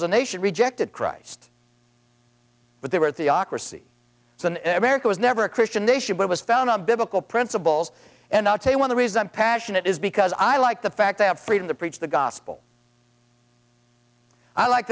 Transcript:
as a nation rejected christ but they were theocracy so an america was never a christian nation but was found on biblical principles and i'll tell you when the reason i'm passionate is because i like the fact i have freedom to preach the gospel i like